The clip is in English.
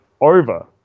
over